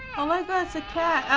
oh my god. it's a cat. ohhh,